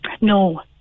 No